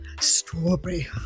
strawberry